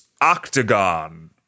Octagon